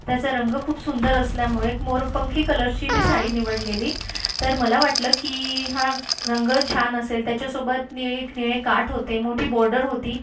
त्याचा रंग खूप सुंदर असल्यामुळे मोरपंखी कलरची मी साडी निवडलेली तर मला वाटलं की हा रंग छान असेल त्याच्यासोबत निळी निळे काठ होते मोठी बॉर्डर होती